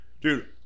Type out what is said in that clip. Dude